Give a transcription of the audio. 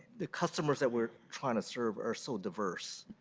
the customers that we're trying to serve are so diverse.